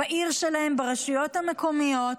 לעיר שלהם, לרשויות המקומיות,